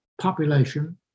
population